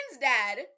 dad